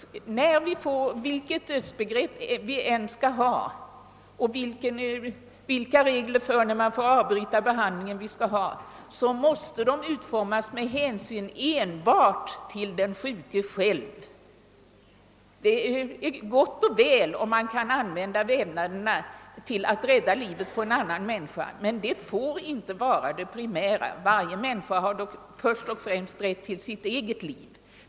Vilket dödsbegrepp vi än skall ha och vilka regler vi än skall ha för avbrytande av behandlingen måste dessa utformas med hänsyn till den sjuke själv. Det är gott och väl om man kan använda vävnaderna till att rädda livet på en annan människa, men det får inte vara det primära. Varje människa har dock först och främst rätt till sitt eget liv.